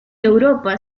europa